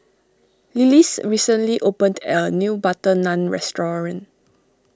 Lillis recently opened a new Butter Naan restoring